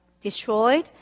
destroyed